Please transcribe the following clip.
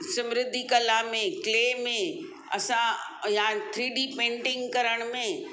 समृद्धि कला में क्ले में असां या थ्रीडी पेंटिंग करण में